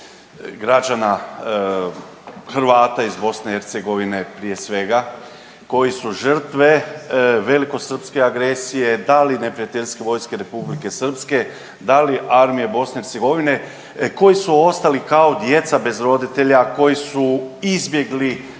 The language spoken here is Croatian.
građana, Hrvata iz BiH prije svega koji su žrtve velikosrpske agresije, da li neprijateljske vojske Republike Srpske, da li armije BiH, koji su ostali kao djeca bez roditelja, koji su izbjegli